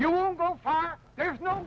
you won't go far there's no